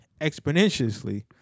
exponentially